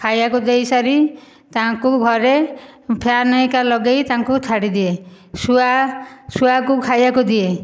ଖାଇବାକୁ ଦେଇସାରି ତାଙ୍କୁ ଘରେ ଫ୍ୟାନ ହେରିକା ଲଗେଇ ତାଙ୍କୁ ଛାଡ଼ିଦିଏ ଶୁଆ ଶୁଆକୁ ଖାଇବାକୁ ଦିଏ